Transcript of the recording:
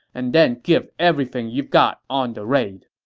and then give everything you've got on the raid.